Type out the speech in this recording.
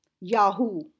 Yahoo